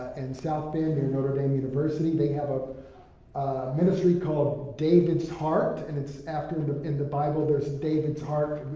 and south bend near notre dame university, they have a ministry called david's heart, and it's after, sort of in the bible, there's david's heart,